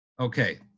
Okay